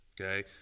Okay